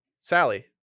Sally